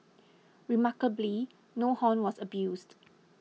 remarkably no horn was abused